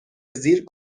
زیر